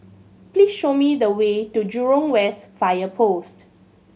please show me the way to Jurong West Fire Post